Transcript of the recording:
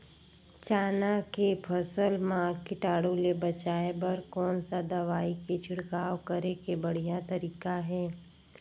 चाना के फसल मा कीटाणु ले बचाय बर कोन सा दवाई के छिड़काव करे के बढ़िया तरीका हे?